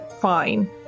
fine